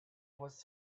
was